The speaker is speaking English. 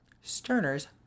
sterner's